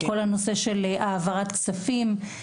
העברת כספים,